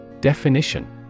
Definition